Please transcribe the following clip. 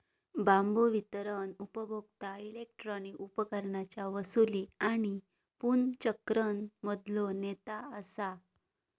बांबू वितरण उपभोक्ता इलेक्ट्रॉनिक उपकरणांच्या वसूली आणि पुनर्चक्रण मधलो नेता असा